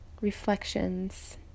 reflections